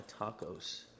tacos